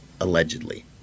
allegedly